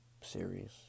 series